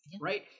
right